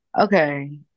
Okay